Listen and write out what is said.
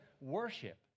worship